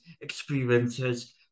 experiences